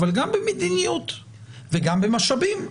אבל גם במדיניות וגם במשאבים.